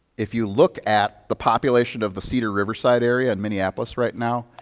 if you look at the population of the cedar riverside area in minneapolis right now,